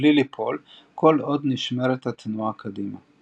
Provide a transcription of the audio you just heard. מבלי ליפול כל עוד נשמרת התנועה קדימה.